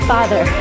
Father